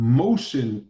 motion